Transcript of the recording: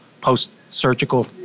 post-surgical